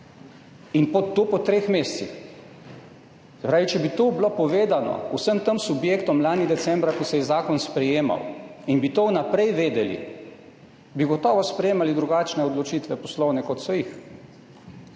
in to po treh mesecih. Se pravi, če bi to bilo povedano vsem tem subjektom lani decembra, ko se je zakon sprejemal, in bi to vnaprej vedeli, bi gotovo sprejemali drugačne poslovne odločitve, kot so